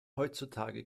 heutzutage